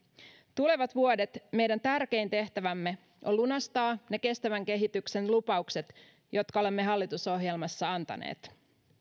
tulevat vuodet meidän tärkein tehtävämme on lunastaa ne kestävän kehityksen lupaukset jotka olemme hallitusohjelmassa antaneet